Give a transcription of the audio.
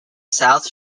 south